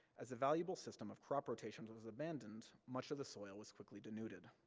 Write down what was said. as a valuable system of crop rotations was abandoned, much of the soil was quickly denuded.